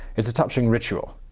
it's a touching ritual.